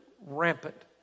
rampant